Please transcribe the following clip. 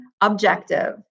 objective